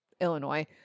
Illinois